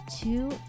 two